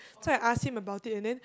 so I asked him about it and then